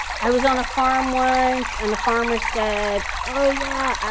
i was on a farm once and the farmer said, oh yeah,